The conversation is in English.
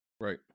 Right